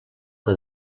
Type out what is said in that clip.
que